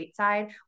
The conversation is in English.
stateside